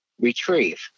retrieve